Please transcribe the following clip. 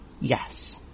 Yes